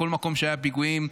בכל מקום שהיו פיגועים.